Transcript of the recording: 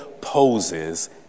poses